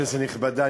כנסת נכבדה,